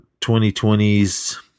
2020's